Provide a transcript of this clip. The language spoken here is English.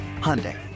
Hyundai